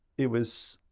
it was,